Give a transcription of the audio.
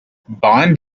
bond